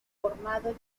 formado